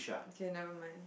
okay never mind